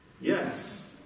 yes